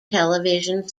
television